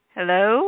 Hello